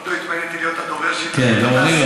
עוד לא התמניתי להיות הדובר של איחוד התעשיינים,